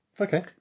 Okay